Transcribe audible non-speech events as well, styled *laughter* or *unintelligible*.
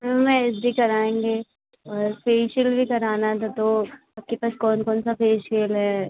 *unintelligible* H D कराएँगे और facial भी कराना था तो आपके पास कौन कौन सा फे़शियल है